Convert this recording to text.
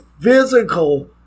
physical